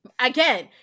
again